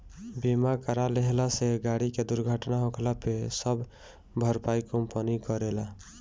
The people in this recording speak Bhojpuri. बीमा करा लेहला से गाड़ी के दुर्घटना होखला पे सब भरपाई कंपनी करेला